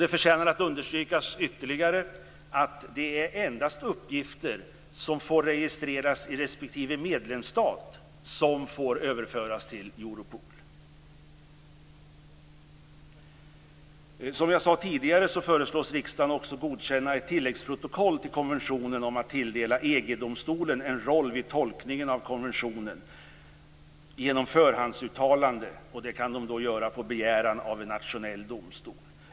Det förtjänar att ytterligare understrykas att endast uppgifter som får registreras i respektive medlemsstat får överföras till Europol. Som jag tidigare sade föreslås riksdagen också godkänna ett tilläggsprotokoll till konventionen om att tilldela EG-domstolen en roll vid tolkning av konventionen genom förhandsuttalande på begäran av nationell domstol.